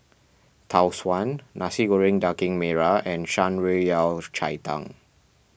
Tau Suan Nasi Goreng Daging Merah and Shan Rui Yao Cai Tang